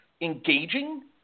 engaging